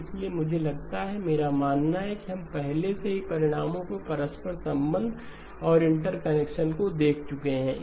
इसलिए मुझे लगता है मेरा मानना है कि हम पहले से ही परिणामों के परस्पर संबंध और इंटरकनेक्शन्स को देख चुके हैं